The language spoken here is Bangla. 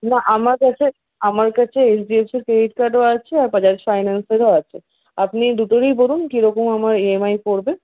না আমার কাছে আমার কাছে এইচডিএফসির ক্রেডিট কার্ডও আছে আর বাজাজ ফাইন্যান্সেরও আছে আপনি দুটোরই বলুন কিরকম আমার ইএমআই পড়বে